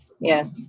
Yes